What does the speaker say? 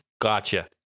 Gotcha